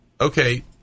okay